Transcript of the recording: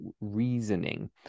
reasoning